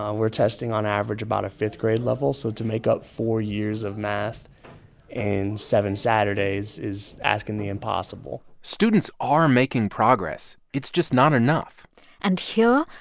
we're testing, on average, about a fifth-grade level. so to make up four years of math in seven saturdays is asking the impossible students are making progress. it's just not enough and here,